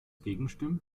gegenstimmen